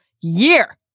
year